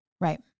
Right